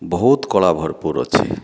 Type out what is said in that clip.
ବହୁତ କଳା ଭର୍ପୁର୍ ଅଛି